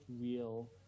real